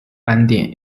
斑点